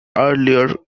earlier